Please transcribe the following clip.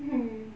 hmm